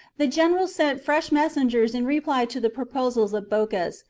the general sent fresh messengers in reply to the proposals of bocchus,